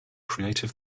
creative